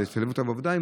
לשלב אותם בעבודה,